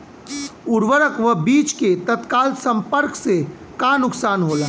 उर्वरक व बीज के तत्काल संपर्क से का नुकसान होला?